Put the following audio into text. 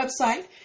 website